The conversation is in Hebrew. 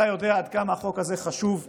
אתה יודע עד כמה החוק הזה חשוב ונדרש,